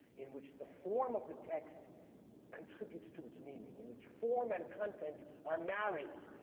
in which the form of the text contributes to its meaning, in which form and content are married,